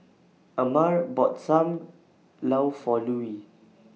Amare bought SAM Lau For Lulie